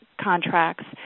contracts